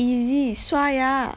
easy 刷牙